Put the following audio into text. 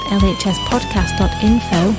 lhspodcast.info